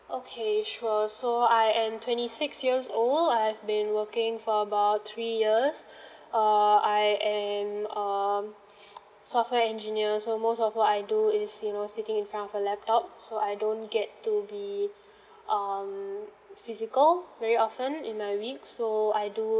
okay sure so I am twenty six years old I have been working for about three years err I am um software engineer so most of what I do is you know sitting in front of a laptop so I don't get to be um physical very often in my week so I do